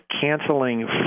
canceling